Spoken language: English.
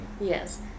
Yes